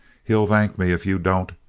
he'll thank me if you don't!